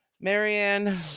marianne